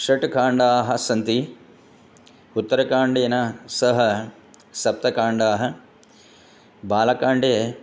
षट् काण्डाः सन्ति उत्तरकाण्डेन सह सप्तकाण्डाः बालकाण्डे